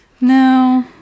No